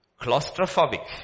Claustrophobic